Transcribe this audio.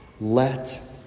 Let